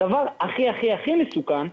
הדבר הכי מסוכן,